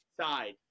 side